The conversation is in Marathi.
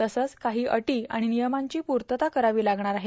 तसंच काही अटी आणि नियमांची पूर्तता करावी लागणार आहे